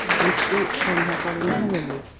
and broke from her voluntarily.